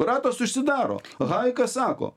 ratas užsidaro hajekas sako